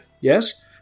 Yes